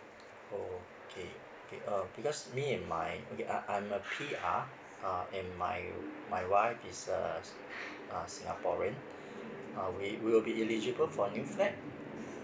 okay K uh because me and my okay I'm I'm a P R uh and my my wife is uh uh singaporean uh we we will be eligible for a new flat